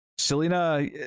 Selena